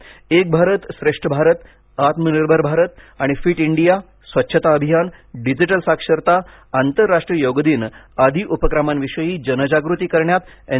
एक भारत श्रेष्ठ भारत आत्मनिर्भर भारत आणि फिट इंडिया स्वच्छता अभियान डिजिटल साक्षरता आंतरराष्ट्रीय योग दिन आदि उपक्रमांविषयी जनजागृती करण्यात एन